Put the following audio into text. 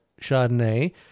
Chardonnay